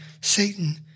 Satan